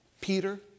Peter